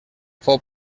fou